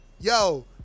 yo